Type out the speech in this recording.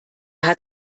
hat